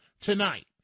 tonight